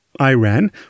Iran